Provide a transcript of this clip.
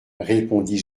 répondit